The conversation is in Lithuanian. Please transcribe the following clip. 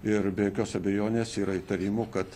ir be jokios abejonės yra įtarimų kad